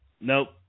nope